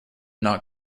not